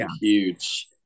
huge